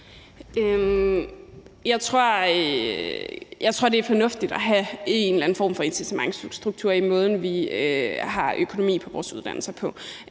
Jeg tror, det er fornuftigt at have en eller anden form for incitamentsstruktur i måden, vi har økonomi på i vores uddannelser.